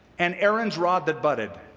and aaron's rod that budded.